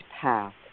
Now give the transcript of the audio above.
path